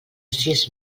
sis